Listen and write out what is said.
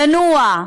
לנוע,